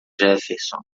jefferson